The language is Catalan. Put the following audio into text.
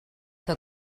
que